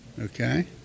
Okay